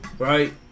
Right